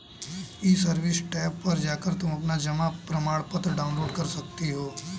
ई service tab पर जाकर तुम अपना जमा प्रमाणपत्र डाउनलोड कर सकती हो